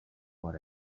what